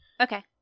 Okay